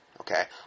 Okay